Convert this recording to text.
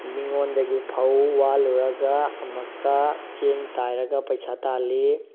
ꯃꯤꯉꯣꯟꯗꯒꯤ ꯐꯧ ꯋꯥꯜꯂꯨꯔꯒ ꯑꯃꯨꯛꯀ ꯆꯦꯡ ꯇꯥꯏꯔꯒ ꯄꯩꯁꯥ ꯇꯥꯜꯂꯤ